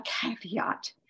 caveat